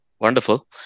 Wonderful